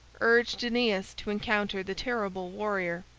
urged aeneas to encounter the terrible warrior.